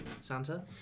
Santa